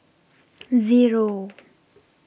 Zero